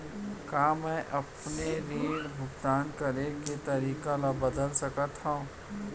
का मैं अपने ऋण भुगतान करे के तारीक ल बदल सकत हो?